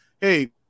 hey